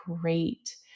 great